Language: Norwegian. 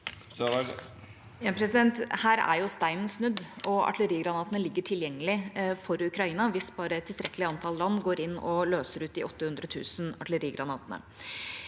Her er jo steinen snudd. Artillerigranatene ligger tilgjengelig for Ukraina hvis bare tilstrekkelig antall land går inn og løser ut de 800 000 artillerigranatene.